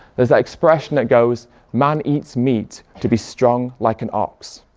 there's that expression that goes man eats meat to be strong like an ox',